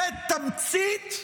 זה תמצית,